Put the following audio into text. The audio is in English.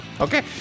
Okay